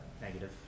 negative